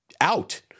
out